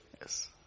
Yes